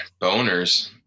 boners